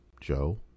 Joe